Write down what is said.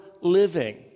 living